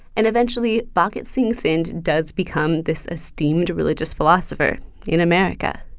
and eventually, bhagat singh thind does become this esteemed religious philosopher in america.